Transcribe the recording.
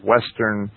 Western